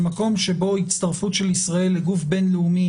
במקום שבו הצטרפות של ישראל לגוף בין-לאומי